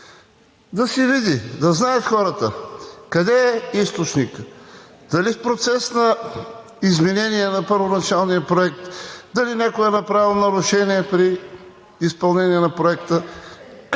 Да се види, да знаят хората къде е източникът. Дали в процес на изменение на първоначалния проект, дали някой е направил нарушение при изпълнение на проекта,